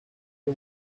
the